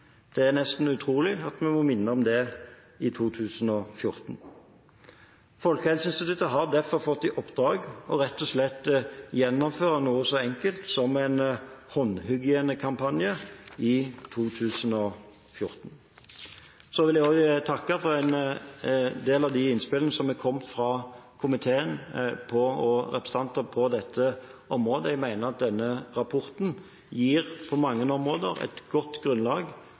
Det er nesten utrolig at vi må minne om det i 2014. Folkehelseinstituttet har derfor fått i oppdrag rett og slett å gjennomføre noe så enkelt som en håndhygienekampanje i 2014. Jeg vil også takke for en del av de innspillene som er kommet fra komiteen og representanter på dette området. Jeg mener at denne rapporten på mange områder gir et godt grunnlag